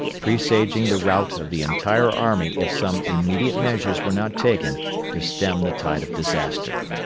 presaging the rout of the entire army if some immediate measures were not taken to stem the tide of disaster.